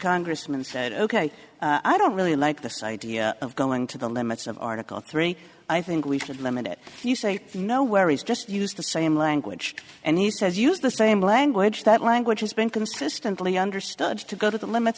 congressman said ok i don't really like this idea of going to the limits of article three i think we should limit it you say no worries just use the same language and he says use the same language that language has been consistently understood to go to the limits